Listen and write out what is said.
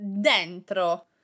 dentro